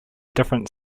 different